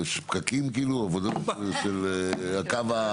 יש פקקים, עבודות של הקו?